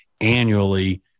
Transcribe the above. annually